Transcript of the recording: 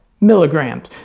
milligrams